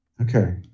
Okay